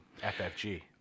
ffg